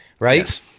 Right